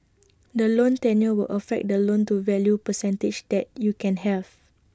the loan tenure will affect the loan to value percentage that you can have